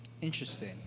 Interesting